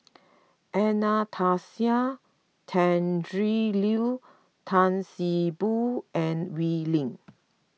Anastasia Tjendri Liew Tan See Boo and Wee Lin